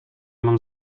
mam